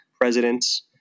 presidents